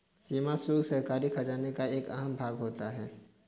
सीमा शुल्क सरकारी खजाने का एक अहम भाग होता है